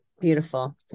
beautiful